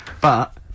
But-